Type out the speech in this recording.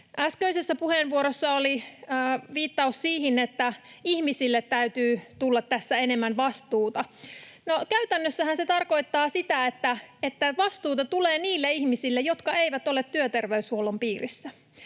Äskeisessä puheenvuorossa oli viittaus siihen, että ihmisille täytyy tulla tässä enemmän vastuuta. No, käytännössähän se tarkoittaa sitä, että vastuuta tulee niille ihmisille, jotka eivät ole työterveyshuollon piirissä,